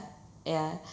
ya